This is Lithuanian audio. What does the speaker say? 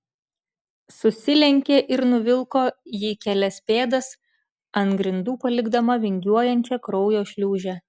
susilenkė ir nuvilko jį kelias pėdas ant grindų palikdama vingiuojančią kraujo šliūžę